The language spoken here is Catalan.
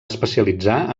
especialitzar